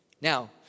Now